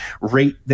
rate